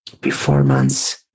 performance